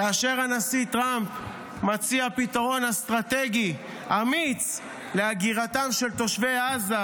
כאשר הנשיא טראמפ מציע פתרון אסטרטגי אמיץ להגירתם של תושבי עזה,